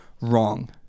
wrong